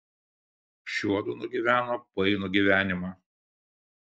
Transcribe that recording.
šiuodu nugyveno painų gyvenimą